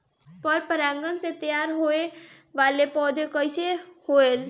पर परागण से तेयार होने वले पौधे कइसे होएल?